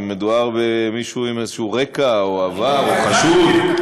אם מדובר במישהו עם איזשהו רקע או עבר או חשוד.